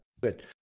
Good